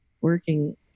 working